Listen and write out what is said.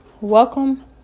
welcome